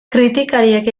kritikariek